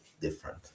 different